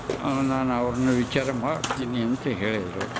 ಆವಾಗ ನಾ ಅವ್ರನ್ನ ವಿಚಾರ ಮಾಡ್ತೀನಿ ಅಂತ ಹೇಳಿದರು